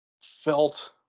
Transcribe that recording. felt